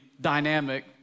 dynamic